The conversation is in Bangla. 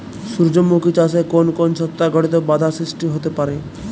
সূর্যমুখী চাষে কোন কোন ছত্রাক ঘটিত বাধা সৃষ্টি হতে পারে?